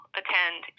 attend